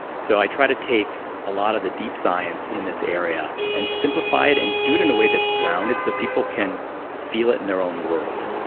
so, i try to take a lot of the deep science in this area and simplify it and do it in a way that's grounded so people can feel it in their own world